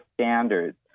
standards